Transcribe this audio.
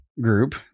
group